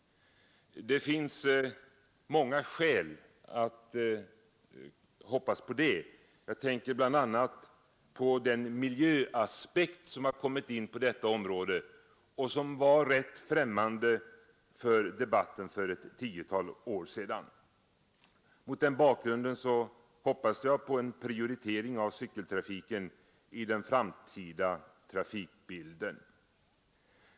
Det finns många skäl att hoppas på det. Jag tänker bl.a. på den miljöaspekt som har kommit in i bilden på detta område och som var rätt främmande för debatten för ett skapa bättre förut skapa bättre förutsättningar för cykeltrafiken tiotal år sedan. Jag hoppas alltså på en prioritering av cykeltrafiken i den framtida trafikbilden.